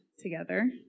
together